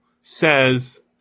says